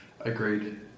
agreed